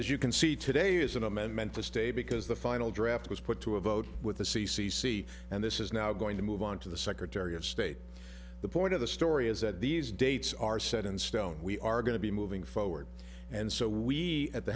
as you can see today is an amendment to stay because the final draft was put to a vote with the c c c and this is now going to move on to the secretary of state the point of the story is that these dates are set in stone we are going to be moving forward and so we at the